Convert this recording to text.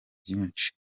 byinshi